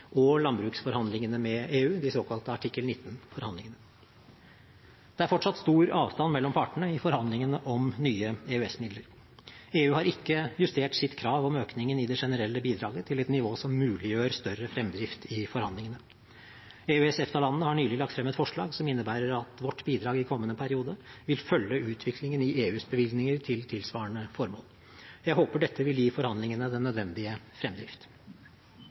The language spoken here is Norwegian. og landbruksforhandlingene med EU, de såkalte artikkel l9-forhandlingene. Det er fortsatt stor avstand mellom partene i forhandlingene om nye EØS-midler. EU har ikke justert sitt krav om økningen i det generelle bidraget til et nivå som muliggjør større fremdrift i forhandlingene. EØS/EFTA-landene har nylig lagt frem et forslag som innebærer at vårt bidrag i kommende periode vil følge utviklingen i EUs bevilgninger til tilsvarende formål. Jeg håper dette vil gi forhandlingene den nødvendige fremdrift.